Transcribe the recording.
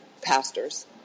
pastors